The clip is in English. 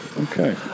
Okay